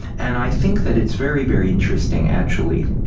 and i think that it's very, very interesting, actually,